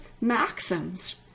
maxims